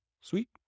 Sweet